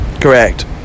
correct